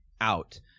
out